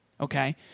okay